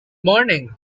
morning